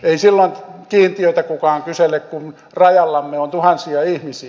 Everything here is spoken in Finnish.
ei silloin kiintiötä kukaan kysele kun rajallamme on tuhansia ihmisiä